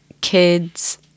kids